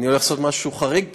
אני הולך לעשות משהו חריג פה,